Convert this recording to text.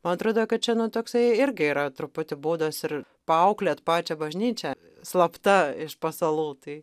man atrodo kad čia nu toksai irgi yra truputį būdas ir paauklėt pačią bažnyčią slapta iš pasalų tai